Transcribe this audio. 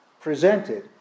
presented